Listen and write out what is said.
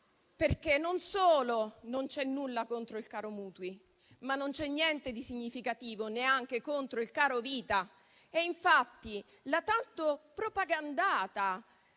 perché, non solo non c'è nulla contro il caro mutui, ma non c'è niente di significativo neanche contro il caro vita. Infatti, la tanto propagandata